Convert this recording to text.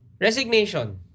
Resignation